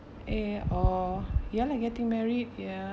eh oh ya lah getting married ya